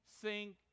sink